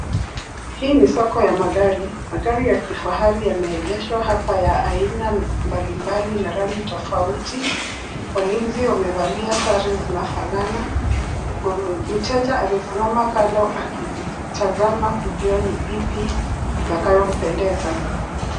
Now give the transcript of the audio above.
Hii ni soko ya magari. Magari ya kifahari yameegeshwa hapa ya aina mbali mbali na rangi tofauti. Walinzi wamevalia sare zinafana . Mteja amesimama kando akizitazama kujua ni ipi itakayo mpendeza.